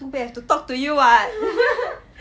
too bad have to talk to you [what]